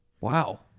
Wow